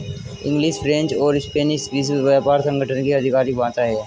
English, French और Spanish विश्व व्यापार संगठन की आधिकारिक भाषाएं है